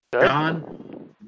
John